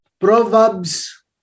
Proverbs